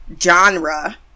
genre